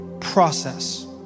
process